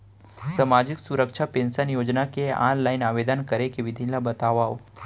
सामाजिक सुरक्षा पेंशन योजना के ऑनलाइन आवेदन करे के विधि ला बतावव